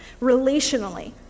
relationally